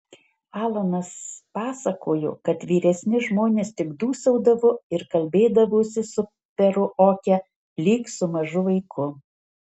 alanas pasakojo kad vyresni žmonės tik dūsaudavo ir kalbėdavosi su peru oke lyg su mažu vaiku